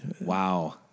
Wow